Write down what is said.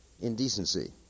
indecency